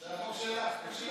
זה החוק שלך, תקשיבי.